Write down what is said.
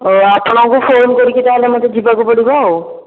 ଆପଣଙ୍କୁ ଫୋନ୍ କରିକି ତା'ହେଲେ ମୋତେ ଯିବାକୁ ପଡ଼ିବ ଆଉ